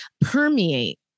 permeate